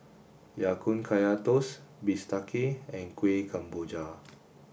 Ya Kun Kaya Toast Bistake and Kueh Kemboja